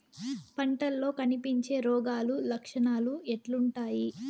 పంటల్లో కనిపించే రోగాలు లక్షణాలు ఎట్లుంటాయి?